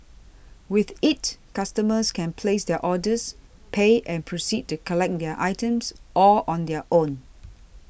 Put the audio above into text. with it customers can place their orders pay and proceed to collect their items all on their own